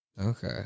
Okay